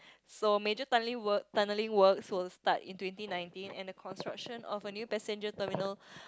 so major tunneling work tunneling works will start in twenty nineteen and the construction of a new passenger terminal